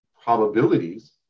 probabilities